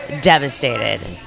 devastated